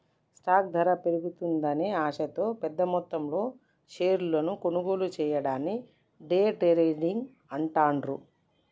stock ధర పెరుగుతుందనే ఆశతో పెద్దమొత్తంలో షేర్లను కొనుగోలు చెయ్యడాన్ని డే ట్రేడింగ్ అంటాండ్రు